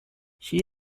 she